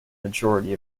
majority